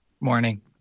Morning